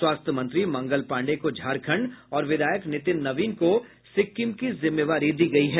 स्वास्थ्य मंत्री मंगल पांडेय को झारखंड और विधायक नितिन नवीन को सिक्किम की जिम्मेवारी दी गयी है